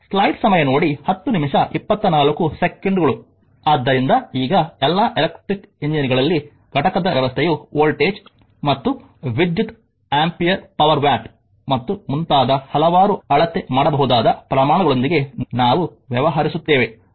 ಆದ್ದರಿಂದ ಈಗ ಎಲ್ಲಾ ಎಲೆಕ್ಟ್ರಿಕಲ್ ಇಂಜಿನಿಯರ್ ಗಳಲ್ಲಿ ಘಟಕದ ವ್ಯವಸ್ಥೆಯು ವೋಲ್ಟೇಜ್ ಮತ್ತು ಪ್ರಸ್ತುತ ಆಂಪಿಯರ್ ಪವರ್ ವ್ಯಾಟ್ ಮತ್ತು ಮುಂತಾದ ಹಲವಾರು ಅಳತೆ ಮಾಡಬಹುದಾದ ಪ್ರಮಾಣಗಳೊಂದಿಗೆ ನಾವು ವ್ಯವಹರಿಸುತ್ತೇವೆ